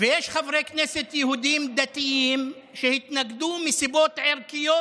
ויש חברי כנסת יהודים דתיים שהתנגדו מסיבות ערכיות,